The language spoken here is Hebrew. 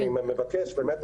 אני מבקש באמת,